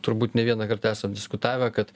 turbūt ne vieną kartą esam diskutavę kad